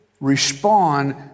respond